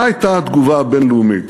מה הייתה התגובה הבין-לאומית